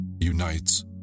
unites